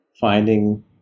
finding